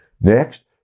Next